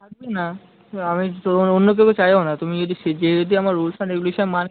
থাকবে না আমি তোমার অন্য কাউকে চাইও না তুমি যদি যে যদি আমার রুলস না রেগুলেশান মানে